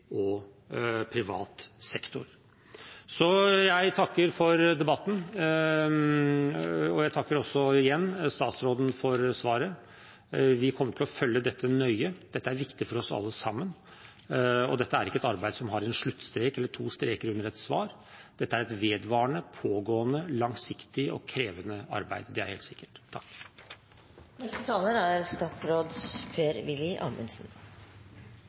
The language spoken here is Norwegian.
og privat sektor. Jeg takker for debatten, og jeg takker igjen statsråden for svaret. Vi kommer til å følge dette nøye, dette er viktig for oss alle sammen. Dette er ikke et arbeid som har en sluttstrek – eller to streker under et svar. Det er et vedvarende, pågående, langsiktig og krevende arbeid, det er helt sikkert.